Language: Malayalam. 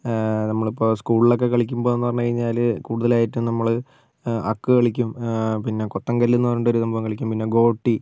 നമ്മളിപ്പോൾ സ്കൂളിലൊക്കെ കളിക്കുമ്പൊന്ന് പറഞ്ഞ് കഴിഞ്ഞാൽ കൂടുതലായിട്ടും നമ്മൾ അക്ക് കളിക്കും പിന്നെ കൊത്തങ്കല്ലെന്ന് പറഞ്ഞിട്ട് ഒരു സംഭവം കളിക്കും പിന്നെ ഗോട്ടി